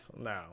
No